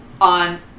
on